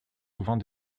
souvent